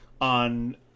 on